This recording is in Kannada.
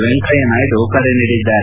ವೆಂಕಯ್ಯ ನಾಯ್ಡು ಕರೆ ನೀಡಿದ್ದಾರೆ